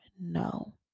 no